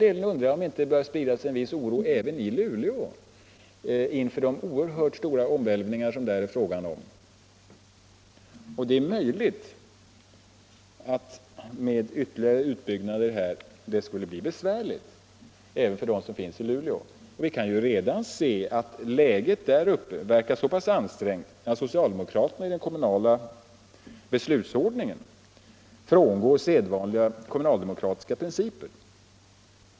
Och jag undrar om det inte börjar sprida sig en viss oro även i Luleå inför de oerhört stora omvälvningar det här är fråga om. Det är möjligt att det med ytterligare utbyggnader skulle bli besvärligt även för dem som bor i Luleå. Läget där uppe är redan så pass ansträngt att socialdemokraterna i den kommunala beslutsordningen frångår sedvanliga kommunaldemokratiska principer.